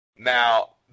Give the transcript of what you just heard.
Now